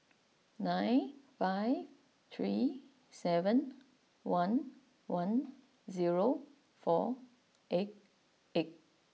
nine five three seven one one zero four eight eight